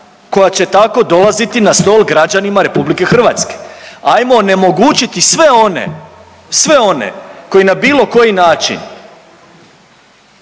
koja će tako dolaziti na stol građanima RH. Ajmo onemogućiti sve one, sve one koji na bilo koji način